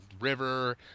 river